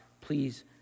please